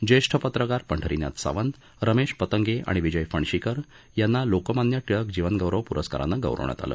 ज्येष्ठ पत्रकार पंढरीनाथ सावंत रमेश पतंगे आणि विजय फणशीकर यांना लोकमान्य टिळक जीवनगौरव प्रस्कारानं गौरवण्यात आलं